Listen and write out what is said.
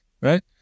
right